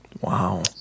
wow